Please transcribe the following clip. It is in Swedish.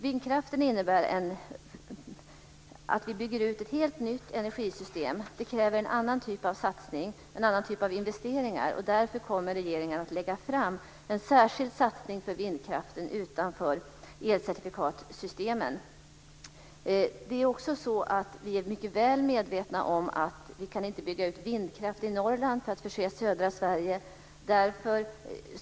Vindkraften innebär att vi bygger ut ett helt nytt energisystem, och det kräver en annan typ av satsningar och investeringar. Därför kommer regeringen att lägga fram förslag om en särskild satsning för vindkraften utanför elcertifikatssystemen. Vi är mycket väl medvetna om att vi inte kan bygga ut vindkraft i Norrland för att förse södra Sverige.